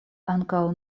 ankaŭ